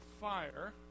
fire